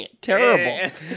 Terrible